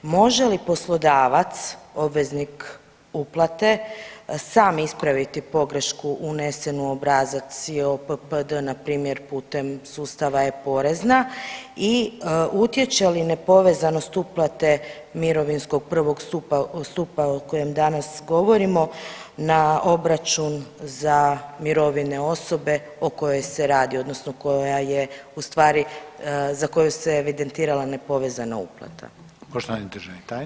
Može li poslodavac obveznik uplate sam ispraviti pogrešku unesenu u obrazac IOPPD npr. putem sustava e-porezna i utječe li nepovezanost uplate mirovinskog prvog stupa o kojem danas govorimo na obračun za mirovine osobe o kojoj se radi odnosno koja je u stvari za koju se evidentirala nepovezana uplata?